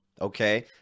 Okay